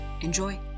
Enjoy